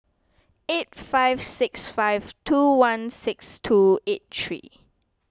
eight five six five two one six two eight three